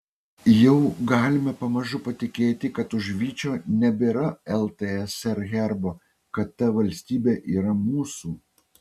jau galime pamažu patikėti kad už vyčio nebėra ltsr herbo kad ta valstybė yra mūsų